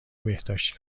بهداشتی